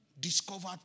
Discovered